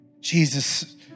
Jesus